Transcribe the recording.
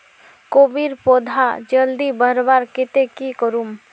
कोबीर पौधा जल्दी बढ़वार केते की करूम?